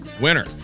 winner